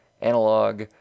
analog